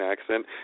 accent